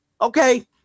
okay